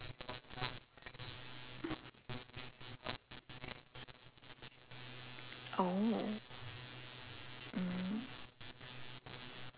oh mmhmm